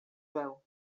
veu